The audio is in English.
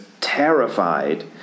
terrified